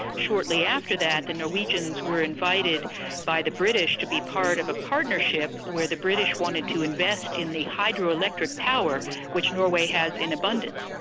shortly after that, the norwegians were invited by the british to be part of a partnership where the british wanted to invest in the hydro-electric power which norway has in abundance.